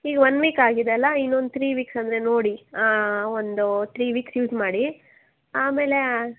ಈಗ one week ಆಗಿದೆ ಅಲ್ವ ಇನ್ನೊಂದು ತ್ರೀ ವೀಕ್ಸ್ ಅಂದರೆ ನೋಡಿ ಒಂದು ತ್ರೀ ವೀಕ್ಸ್ ಯೂಸ್ ಮಾಡಿ ಆಮೇಲೆ